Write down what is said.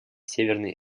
северной